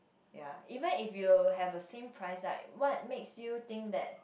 ya even if you have a same price like what makes you think that